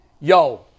yo